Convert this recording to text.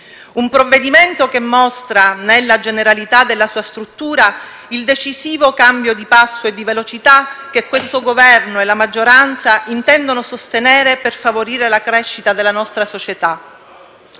un provvedimento che mostra, nella generalità della sua struttura, il decisivo cambio di passo e di velocità che il Governo e la maggioranza intendono sostenere per favorire la crescita della nostra società.